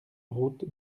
route